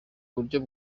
buryo